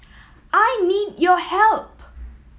I need your help